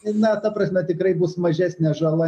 na ta prasme tikrai bus mažesnė žala